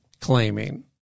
claiming